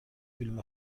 فیلم